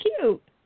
cute